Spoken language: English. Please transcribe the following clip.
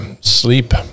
Sleep